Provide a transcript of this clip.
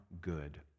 good